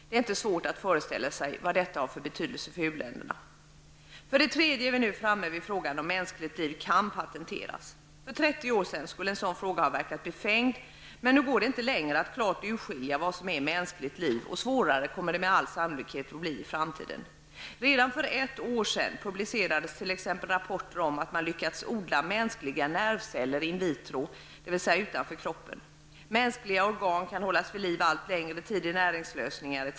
Det är inte svårt att föreställa sig vad detta har för betydelse för u-länderna. För det tredje är vi nu framme vid frågan om mänskligt liv kan patenteras. För 30 år sedan skulle en sådan fråga ha verkat befängd, men nu går det inte längre att klart urskilja vad som är mänskligt liv, och det blir med all sannolikhet ännu svårare i framtiden. Redan för ett år sedan publicerade rapporter om att man lyckats odla mänskliga nervceller in vitro, dvs. utanför kroppen. Mänskliga organ kan hållas vid liv allt längre tid i näringslösningar.